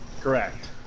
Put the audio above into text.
Correct